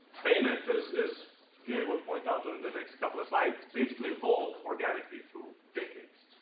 payments, as as gary will point out in the next couple of slides, basically evolved organically through decades.